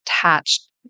attached